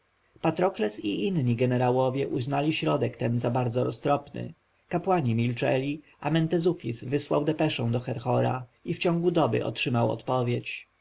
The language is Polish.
patrokles i inni jenerałowie uznali środek ten za bardzo roztropny kapłani milczeli a mentezufis wysłał depeszę do herhora i w ciągu doby otrzymał odpowiedź